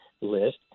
list